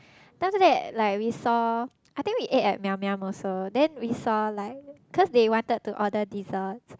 then after that like we saw I think we ate at Miam-Miam also then we saw like cause they wanted to order desserts